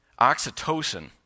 Oxytocin